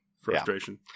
frustration